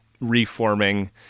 reforming